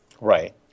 Right